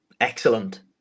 excellent